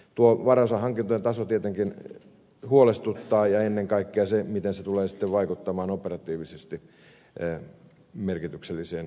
tuo varaosahankintojen taso tietenkin huolestuttaa ja ennen kaikkea se miten se tulee sitten vaikuttamaan operatiivisesti merkitykselliseen osakokonaisuuteen